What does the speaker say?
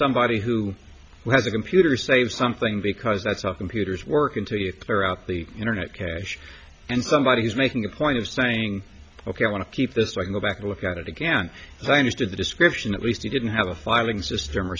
somebody who has a computer saves something because that's how computers work until you figure out the internet cache and somebody is making a point of saying ok i want to keep this i can go back and look at it again so i understood the description at least he didn't have a filing system or